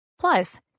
Plus